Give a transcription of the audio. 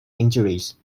injuries